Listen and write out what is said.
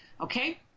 Okay